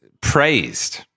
praised